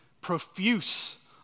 Profuse